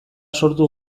sortu